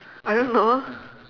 I don't know